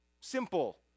simple